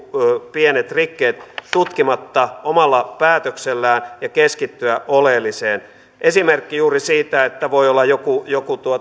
pienet sivurikkeet tutkimatta omalla päätöksellään ja keskittyä oleelliseen esimerkiksi juuri voi olla joku joku